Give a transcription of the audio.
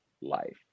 life